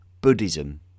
Buddhism